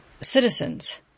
citizens